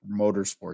motorsports